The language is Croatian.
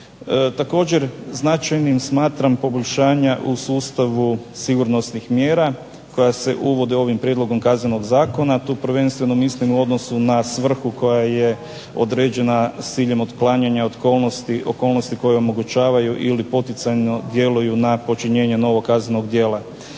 Također značajnim smatram poboljšanja u sustavu sigurnosnih mjera koja se uvode ovim prijedlogom Kaznenog zakona tu prvenstveno mislim u odnosu na svrhu koja je određena s ciljem otklanjanja okolnosti koje omogućavaju ili poticajno djeluju na počinjenje kaznenog djela.